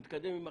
נתקדם.